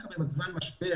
דווקא בזמן משבר,